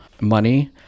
money